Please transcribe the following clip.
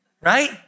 right